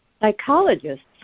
Psychologists